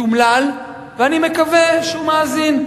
זה מתומלל ואני מקווה שהוא מאזין.